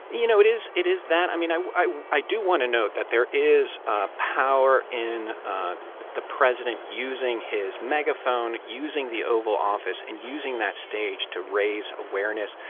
you know, it is it is that. i mean, i i do want to note that there is ah power in the president using his megaphone, using the oval office and using that stage to raise awareness.